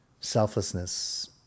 Selflessness